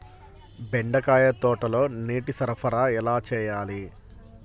బెండకాయ తోటలో నీటి సరఫరా ఎలా చేయాలి?